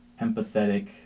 empathetic